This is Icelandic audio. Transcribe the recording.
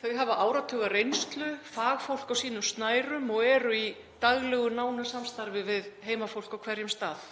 Þau hafa áratugareynslu, fagfólk á sínum snærum og eru í daglegu nánu samstarfi við heimafólk á hverjum stað.